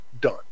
done